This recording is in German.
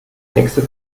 nächste